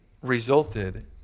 resulted